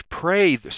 Pray